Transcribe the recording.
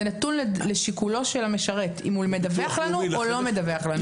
זה נתון לשיקולו של המשרת אם הוא מדווח לנו או לא מדווח לנו.